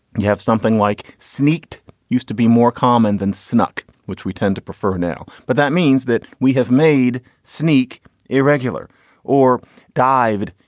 you have something like sneaked used to be more common than snuck, which we tend to prefer now but that means that we have made sneek irregular or dived.